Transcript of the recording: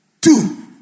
Two